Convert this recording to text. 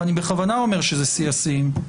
ואני בכוונה אומר שזה שיא השיאים,